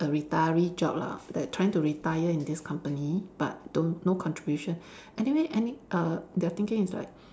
a retiree job lah like trying to retire in this company but don't no contribution anyway any err their thinking is like